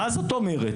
מה זאת אומרת?